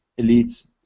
elites